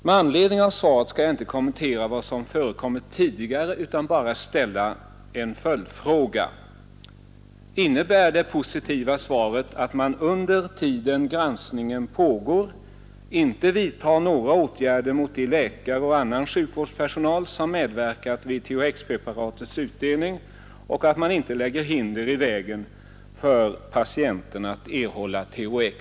Med anledning av svaret skall jag inte kommentera vad som förekommit tidigare utan bara ställa en följdfråga: Innebär det positiva svaret att man under tiden granskningen pågår inte vidtar några åtgärder mot de läkare och annan sjukvårdspersonal som medverkat vid THX-preparatets utdelning och att man inte lägger hinder i vägen för patienterna att erhålla THX?